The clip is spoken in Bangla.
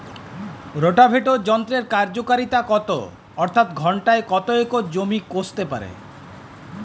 রোটাভেটর যন্ত্রের কার্যকারিতা কত অর্থাৎ ঘণ্টায় কত একর জমি কষতে পারে?